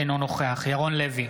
אינו נוכח ירון לוי,